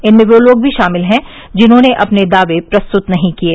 इनमें वे लोग भी शामिल हैं जिन्होंने अपने दावे प्रस्तुत नहीं किये